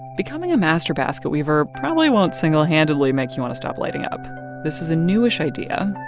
becoming a master basket weaver probably won't single-handedly make you want to stop lighting up this is a newish idea,